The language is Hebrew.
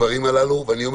שוב אומר